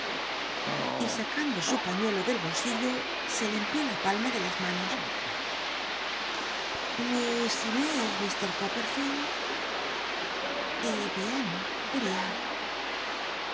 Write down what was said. y sacando su paiíuclo del bolsillo se limpió la palma de las manos jlliss inés mr copperficld y bien uriab